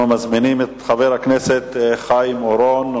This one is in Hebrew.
אנחנו מזמינים את חבר הכנסת חיים אורון,